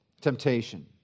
temptation